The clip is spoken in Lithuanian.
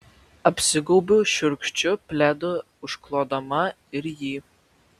apsigaubiu šiurkščiu pledu užklodama ir jį